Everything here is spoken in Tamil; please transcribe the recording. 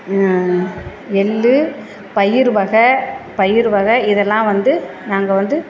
எள்ளு பயிறு வகை பயிறு வகை இதெல்லாம் வந்து நாங்கள் வந்து